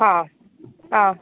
हां आं